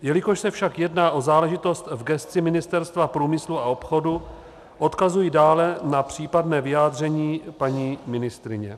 Jelikož se však jedná o záležitost v gesci Ministerstva průmyslu a obchodu, odkazuji dále na případné vyjádření paní ministryně.